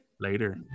later